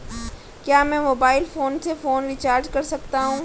क्या मैं mobile phone से फोन रिचार्ज कर सकता हूं?